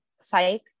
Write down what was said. psych